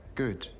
good